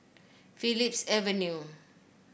Phillips Avenue